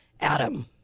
Adam